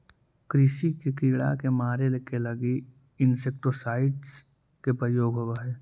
कृषि के कीड़ा के मारे के लगी इंसेक्टिसाइट्स् के प्रयोग होवऽ हई